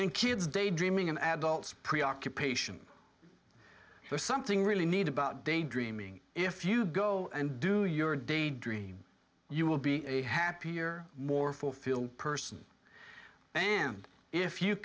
in kids daydreaming and adults preoccupation with something really need about daydreaming if you go and do your day dream you will be a happier more fulfilled person and if you